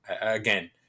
Again